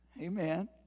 Amen